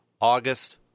August